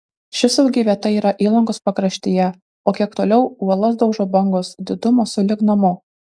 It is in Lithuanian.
ši saugi vieta yra įlankos pakraštyje o kiek toliau uolas daužo bangos didumo sulig namu